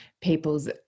people's